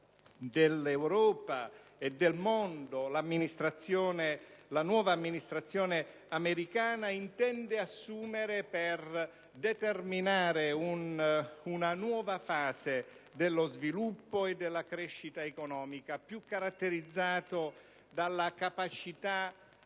dell'Europa e del mondo e la nuova amministrazione americana intendono assumere per determinare una nuova fase dello sviluppo e della crescita economica, maggiormente caratterizzata dalla capacità